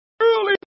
truly